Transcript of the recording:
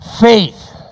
Faith